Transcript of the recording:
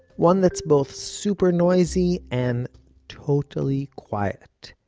one that's both super noisy and totally quiet.